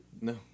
No